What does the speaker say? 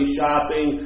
shopping